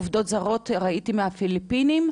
עובדות זרות שראיתי מהפיליפינים,